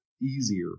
easier